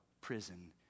prison